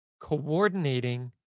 coordinating